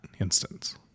instance